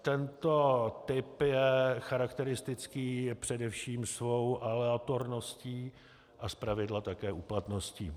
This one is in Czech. Tento typ je charakteristický především svou aleatorností a zpravidla také úplatností.